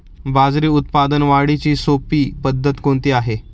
बाजरी उत्पादन वाढीची सोपी पद्धत कोणती आहे?